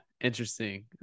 interesting